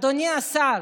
אדוני השר,